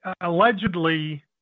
allegedly